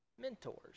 mentors